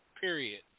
Period